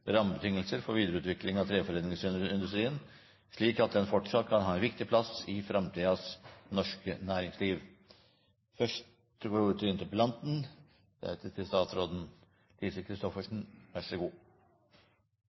rammebetingelser for videreutvikling av treforedlingsindustrien, slik at den fortsatt kan ha en viktig plass i framtidens norske næringsliv? Interpellanten